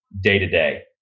day-to-day